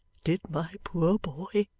did my poor boy,